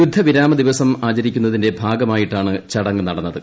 യുദ്ധവിരാമ ദിവസം ആചരിക്കുന്നതിന്റെ ഭാഗമായിട്ടാണ് ചടങ്ങ് നടന്നത്